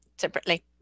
separately